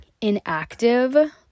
inactive